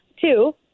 Two